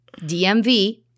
DMV